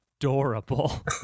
adorable